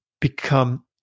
become